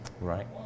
Right